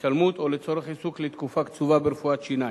אדוני היושב-ראש,